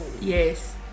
Yes